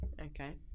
Okay